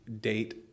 date